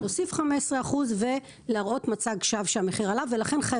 להוסיף 15% ולהראות מצג שווא שהמחיר ירד.